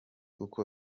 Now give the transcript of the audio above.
uko